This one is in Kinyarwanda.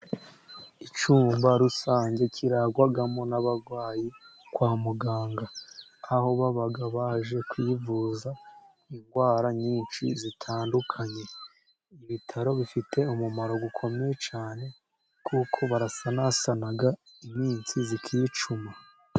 Icyumba rusange kirarwamo n'abarwayi kwa muganga aho baba baje kwivuza indwara nyinshi zitandukanye. ibitaro bifite umumaro ukomeye cyane, kuko barasanasana iminsi ikicuma.